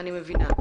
אני מבינה.